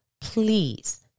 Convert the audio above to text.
please